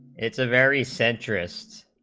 it's a very centrists